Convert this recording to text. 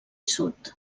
sud